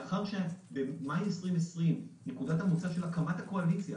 מאחר שבמאי 2020 נקודת המוצא של הקמת הקואליציה